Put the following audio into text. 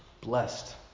Blessed